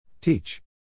Teach